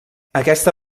aquesta